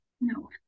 No